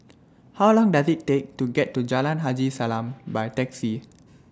How Long Does IT Take to get to Jalan Haji Salam By Taxi